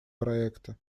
проекта